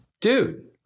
Dude